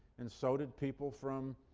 and so did people from